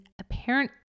apparent